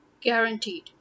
Guaranteed